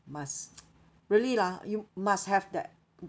must really lah you must have that